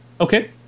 Okay